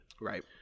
Right